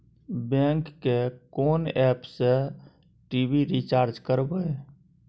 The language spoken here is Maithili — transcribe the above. बैंक के कोन एप से टी.वी रिचार्ज करबे?